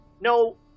No